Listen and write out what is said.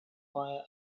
via